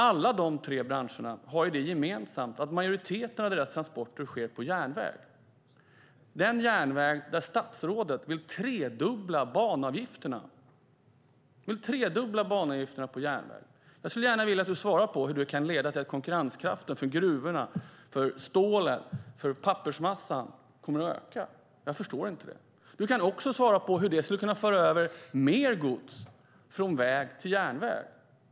Alla dessa tre branscher har det gemensamt att majoriteten av deras transporter sker på järnväg - den järnväg där statsrådet vill tredubbla banavgifterna. Jag skulle gärna vilja att du svarar på hur det kan leda till att konkurrenskraften för gruvorna, för stålet och för pappersmassan kommer att öka. Jag förstår inte det. Du kan också svara på hur det skulle kunna föra över mer gods från väg till järnväg.